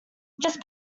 just